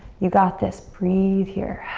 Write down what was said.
you got this. breathe here.